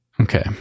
Okay